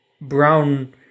brown